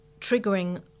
triggering